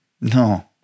No